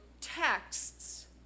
texts